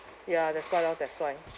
ya that's why lor that's why